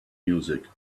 music